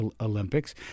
Olympics